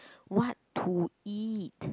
what to eat